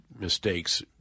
mistakes